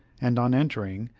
and on entering,